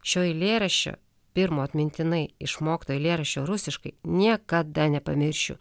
šio eilėraščio pirmo atmintinai išmokto eilėraščio rusiškai niekada nepamiršiu